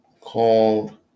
called